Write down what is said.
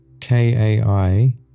k-a-i